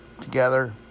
together